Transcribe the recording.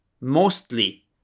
mostly